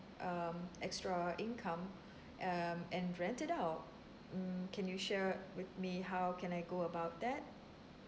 um extra income um and rent it out mm can you share with me how can I go about that